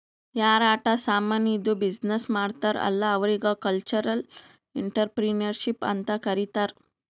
ಯಾರ್ ಆಟ ಸಾಮಾನಿದ್ದು ಬಿಸಿನ್ನೆಸ್ ಮಾಡ್ತಾರ್ ಅಲ್ಲಾ ಅವ್ರಿಗ ಕಲ್ಚರಲ್ ಇಂಟ್ರಪ್ರಿನರ್ಶಿಪ್ ಅಂತ್ ಕರಿತಾರ್